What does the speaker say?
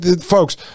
folks